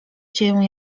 cię